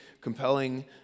compelling